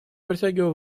протягиваю